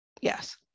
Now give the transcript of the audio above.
Yes